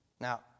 Now